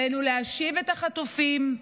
עלינו להשיב את החטופים,